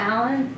Alan